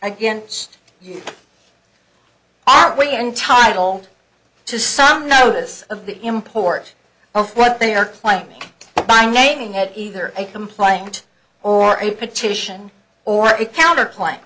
against you are we entitled to some notice of the import of what they are claiming by naming it either a complaint or a petition or a counterpoint